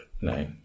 No